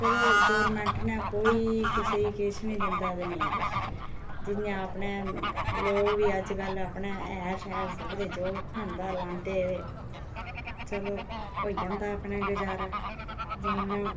ते चलो गौरमैंट नै कोई कुसै गी किश नी दिंदा कोई नेई किश जियां अपने लोग बी अज्ज कल्ल अपने हैल शैल सुट्टदे जो थ्होंदा लांदे ते चलो होई जंदा अपने गजारा जमीनां